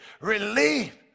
relief